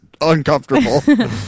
uncomfortable